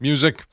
Music